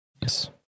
Yes